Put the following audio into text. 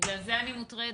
בגלל זה אני מוטרדת.